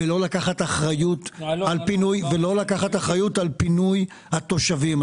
ולא לקחת אחריות על פינוי התושבים.